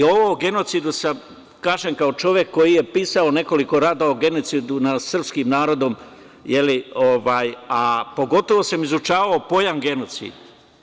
Ovo o genocidu kažem kao čovek koji je pisao nekoliko radova o genocidu nad srpskim narodom, a pogotovo sam izučavao pojam genocid.